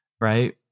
right